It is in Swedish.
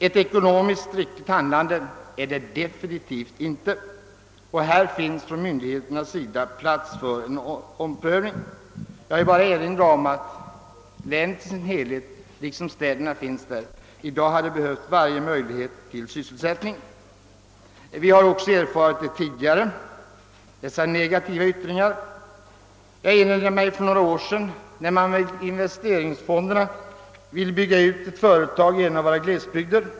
Ett ekonomiskt riktigt handlande är det definitivt inte. Här finns från myndigheternas sida plats för en omprövning. Jag vill bara erinra om att länet i sin helhet liksom städerna som finns i länet i dag hade behövt utnyttja varje möjlighet till sysselsättning. Vi har också tidigare erfarit dessa negativa yttringar. Jag erinrar mig ett tillfälle för några år sedan, när man med hjälp av investeringsfonderna ville bygga ut ett företag i en av våra glesbygder.